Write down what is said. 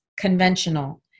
conventional